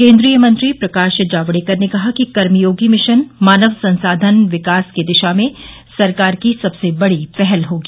केंद्रीय मंत्री प्रकाश जावडेकर ने कहा कि कर्मयोगी मिशन मानव संसाधन विकास की दिशा में सरकार की सबसे बड़ी पहल होगी